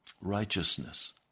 Righteousness